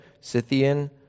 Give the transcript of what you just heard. Scythian